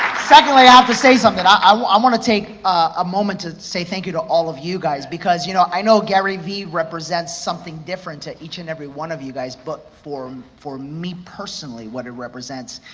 secondly, i have to say something. i wanna um wanna take a moment to say thank you to all of you guys, because you know i know garyvee represents something different to each and every one of you guys, but for for me personally, what it represents,